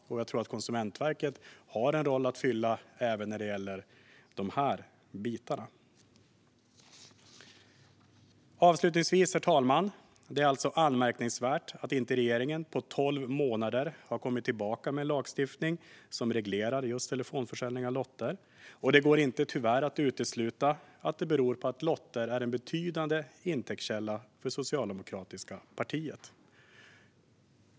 Jag tror att Konsumentverket har en roll att fylla även när det gäller dessa delar. Herr talman! Avslutningsvis är det alltså anmärkningsvärt att regeringen inte på tolv månader har återkommit med förslag på en lagstiftning som reglerar just telefonförsäljning av lotter. Det går tyvärr inte att utesluta att det beror på att lotter är en betydande intäktskälla för det socialdemokratiska partiet.